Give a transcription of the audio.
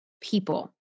people